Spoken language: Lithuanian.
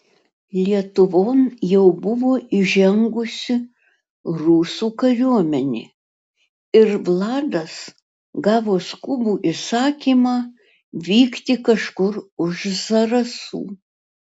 lietuvon jau buvo įžengusi rusų kariuomenė ir vladas gavo skubų įsakymą vykti kažkur už zarasų